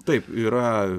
taip yra